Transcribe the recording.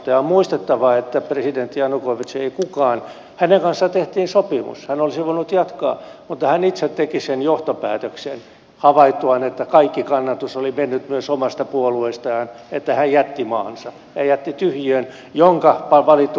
ja on muistettava että presidentti janukovytsin kanssa tehtiin sopimus hän olisi voinut jatkaa mutta hän itse teki sen johtopäätöksen havaittuaan että kaikki kannatus oli mennyt myös hänen omasta puolueestaan että hän jätti maansa ja jätti tyhjiön jonka valittu parlamentti on täyttänyt